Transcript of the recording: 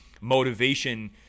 motivation